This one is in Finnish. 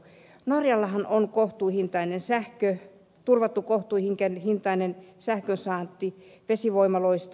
norjallahan on kohtuuhintainen sähkö turvattu kohtuuhintainen sähkönsaanti vesivoimaloista